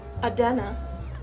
Adana